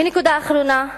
נקודה אחרונה,